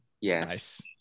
Yes